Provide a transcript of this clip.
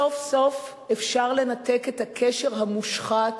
סוף-סוף אפשר לנתק את הקשר המושחת